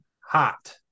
hot